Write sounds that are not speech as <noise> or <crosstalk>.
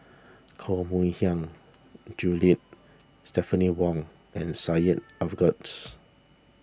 Koh Mui Hiang Julie Stephanie Wong and Syed <noise> <unintelligible>